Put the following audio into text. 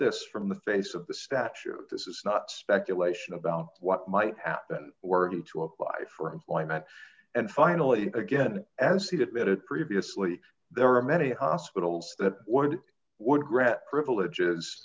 this from the face of the statute this is not speculation about what might happen already to apply for employment and finally again as he admitted previously there are many hospitals that would would rather privileges